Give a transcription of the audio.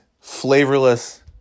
flavorless